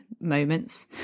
moments